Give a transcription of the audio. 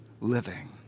living